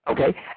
Okay